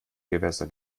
gewässer